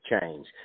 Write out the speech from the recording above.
change